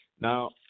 Now